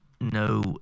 no